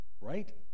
right